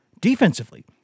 defensively